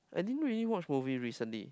I didn't really watch movie recently